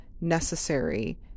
necessary